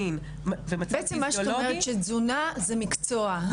מין ומצב פיזיולוגי --- מה שאת אומרת שתזונה זה מקצוע,